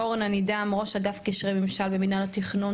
ראש אגף קשרי ממשל ומנהל התכנון,